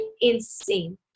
insane